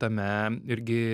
tame irgi